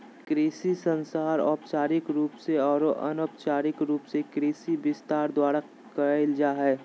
कृषि संचार औपचारिक रूप से आरो अनौपचारिक रूप से कृषि विस्तार द्वारा कयल जा हइ